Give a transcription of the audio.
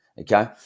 okay